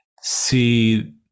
see